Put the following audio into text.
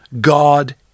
God